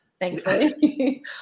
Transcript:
Thankfully